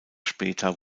später